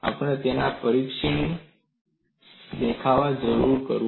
આપણે તેના પર સંક્ષિપ્ત દેખાવ પણ કરીશું